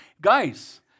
Guys